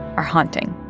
are haunting.